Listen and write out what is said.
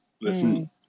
Listen